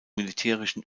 militärischen